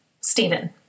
Stephen